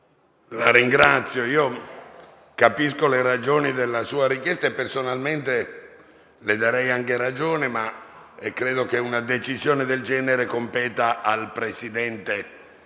Balboni, capisco le ragioni della sua richiesta e personalmente le darei anche ragione, ma credo che una decisione del genere competa al Presidente